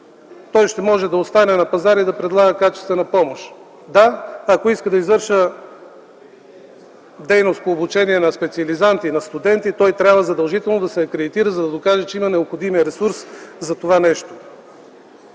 ще може да остане на пазара и да предлага качествена помощ. Да, ако иска да извършва дейност по обучение на специализанти, на студенти, той трябва да се акредитира задължително, за да докаже, че има необходимия ресурс за това нещо.